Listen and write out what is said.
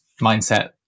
mindset